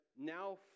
now